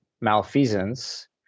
malfeasance